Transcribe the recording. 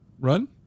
run